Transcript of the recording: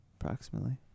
approximately